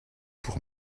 pour